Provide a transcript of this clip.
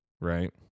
right